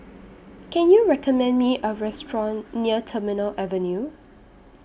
Can YOU recommend Me A Restaurant near Terminal Avenue